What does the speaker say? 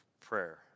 prayer